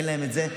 אין להם כזה.